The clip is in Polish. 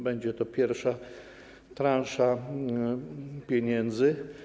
Będzie to pierwsza transza pieniędzy.